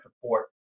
support